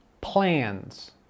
plans